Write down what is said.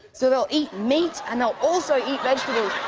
so they'll eat meat, and they'll also eat vegetables.